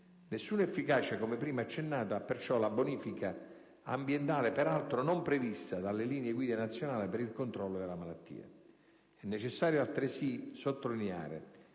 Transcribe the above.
Nessuna efficacia, come prima accennato, ha perciò la bonifica ambientale, peraltro non prevista dalle linee guida nazionali per il controllo della malattia. È necessario altresì sottolineare